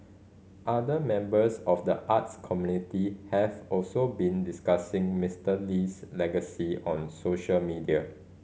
other members of the arts community have also been discussing Mister Lee's legacy on social media